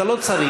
אתה לא צריך.